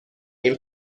این